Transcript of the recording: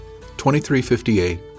2358